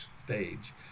stage